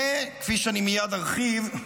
וכפי שאני מייד ארחיב,